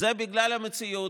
זה בגלל המציאות,